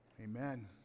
amen